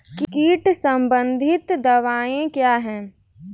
कीट संबंधित दवाएँ क्या हैं?